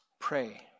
Pray